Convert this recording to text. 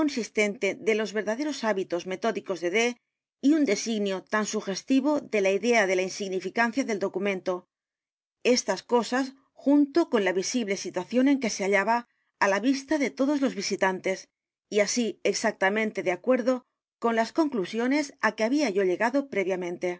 inconsistente con los verdaderos hábitos metódicos de d y u n designio tan sugestivo de la idea de la insignificancia del documento estas cosas junto con la visible situación en que se hallaba á la vista de todos los visitantes y así exactamente de acuerdo con las conclusiones á que había yo llegado previamente